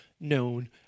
known